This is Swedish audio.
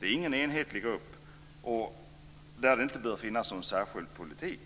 Det är ingen enhetlig grupp. Det bör inte finnas någon särskild politik för dessa människor.